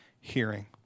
hearing